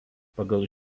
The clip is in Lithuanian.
pagal